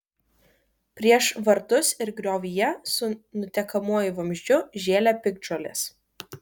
prieš vartus ir griovyje su nutekamuoju vamzdžiu žėlė piktžolės